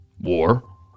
War